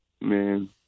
man